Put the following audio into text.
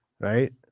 right